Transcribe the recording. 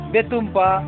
Betumpa